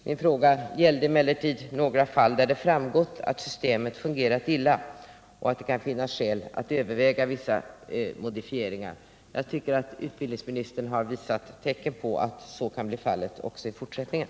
Min fråga gällde emellertid några fall där det framgått att systemet fungerat illa och att det kan finnas skäl att överväga vissa modifieringar. Jag tycker att utbildningsministern har visat att det finns tecken på att det kan bli så också i fortsättningen.